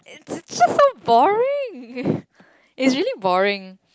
it's just so boring it's really boring